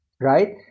right